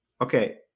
Okay